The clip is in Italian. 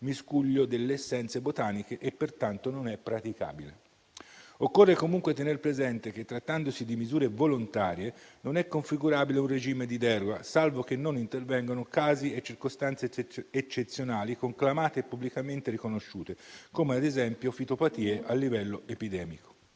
miscuglio delle essenze botaniche e pertanto non è praticabile. Occorre comunque tener presente che, trattandosi di misure volontarie, non è configurabile un regime di deroga, salvo che non intervengano casi e circostanze eccezionali, conclamate e pubblicamente riconosciute, come ad esempio fitopatie a livello epidemico.